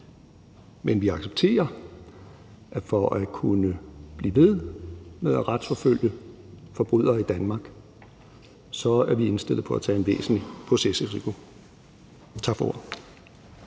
Men vi accepterer, at for at kunne blive ved med at retsforfølge forbrydere i Danmark er vi indstillet på at tage en væsentlig procesrisiko. Tak for ordet.